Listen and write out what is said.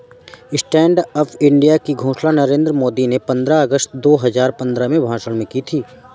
stand up India की घोषणा नरेंद्र मोदी ने पंद्रह अगस्त दो हजार पंद्रह में भाषण में की थी